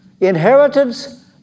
inheritance